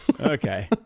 Okay